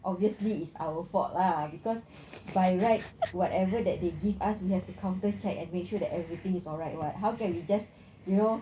obviously it's our fault lah because by right whatever that they give us we have to counter check and make sure that everything is alright [what] how can we just you know